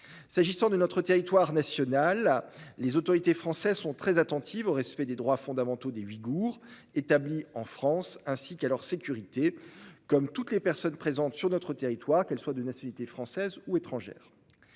S'agissant de notre territoire national, les autorités françaises sont très attentives au respect des droits fondamentaux des Ouïghours établis en France, ainsi qu'à leur sécurité, comme elles le sont pour toutes les personnes présentes sur notre territoire, qu'elles soient de nationalité française ou étrangère.